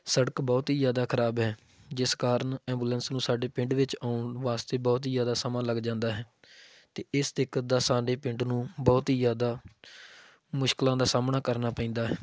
ਸੜਕ ਬਹੁਤ ਹੀ ਜ਼ਿਆਦਾ ਖ਼ਰਾਬ ਹੈ ਜਿਸ ਕਾਰਨ ਐਬੂਲੈਂਸ ਨੂੰ ਸਾਡੇ ਪਿੰਡ ਵਿੱਚ ਆਉਣ ਵਾਸਤੇ ਬਹੁਤ ਹੀ ਜ਼ਿਆਦਾ ਸਮਾਂ ਲੱਗ ਜਾਂਦਾ ਹੈ ਅਤੇ ਇਸ ਦਿੱਕਤ ਦਾ ਸਾਡੇ ਪਿੰਡ ਨੂੰ ਬਹੁਤ ਹੀ ਜ਼ਿਆਦਾ ਮੁਸ਼ਕਿਲਾਂ ਦਾ ਸਾਹਮਣਾ ਕਰਨਾ ਪੈਂਦਾ ਹੈ